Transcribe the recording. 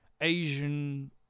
Asian